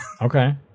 Okay